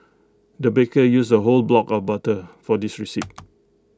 the baker used A whole block of butter for this recipe